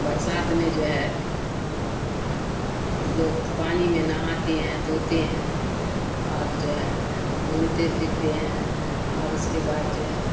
برسات میں جو ہے لوگ پانی میں نہاتے ہیں دھوتے ہیں اور جو ہے گھومتے پھرتے ہیں اور اس کے بعد جو ہے